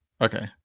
Okay